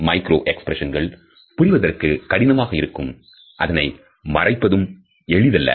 micro எக்ஸ்பிரஷன்கள் புரிவதற்கு கடினமாக இருக்கும் அதனை மறைப்பதும் எளிதல்ல